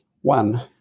One